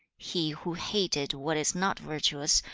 he who hated what is not virtuous,